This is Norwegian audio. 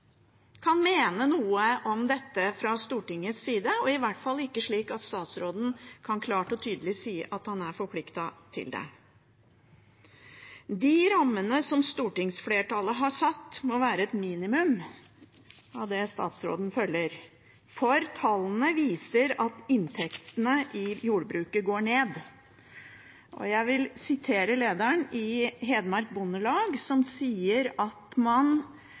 kan mene noe om dette fra Stortingets side, og i hvert fall ikke slik at statsråden klart og tydelig kan si at han er forpliktet til det. De rammene som stortingsflertallet har satt, må være et minimum av det statsråden følger, for tallene viser at inntektene i jordbruket går ned. Jeg vil referere til lederen i Hedmark Bondelag, som sier at man